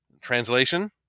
Translation